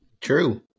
True